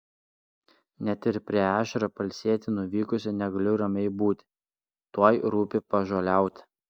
net ir prie ežero pailsėti nuvykusi negaliu ramiai būti tuoj rūpi pažoliauti